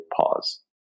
pause